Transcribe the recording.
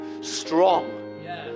Strong